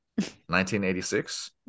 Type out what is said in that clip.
1986